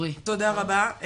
תודה רבה.